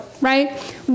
right